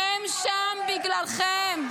הם שם בגללכם.